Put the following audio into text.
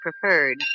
preferred